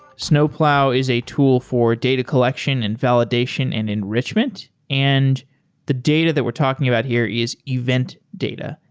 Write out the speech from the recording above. snowplow is a tool for data collection and validation and enrichment, and the data that we're talking about here is event data.